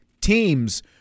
teams